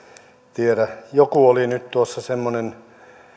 tiedä joku oli nyt tuossa semmoinen